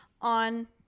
on